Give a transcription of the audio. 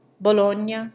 Bologna